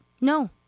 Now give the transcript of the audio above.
No